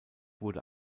wurde